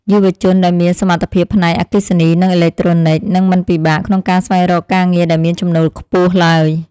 យុវជនដែលមានសមត្ថភាពផ្នែកអគ្គិសនីនិងអេឡិចត្រូនិចនឹងមិនពិបាកក្នុងការស្វែងរកការងារដែលមានចំណូលខ្ពស់ឡើយ។